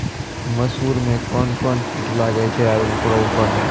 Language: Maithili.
मसूर मे कोन कोन कीट लागेय छैय आरु उकरो उपाय?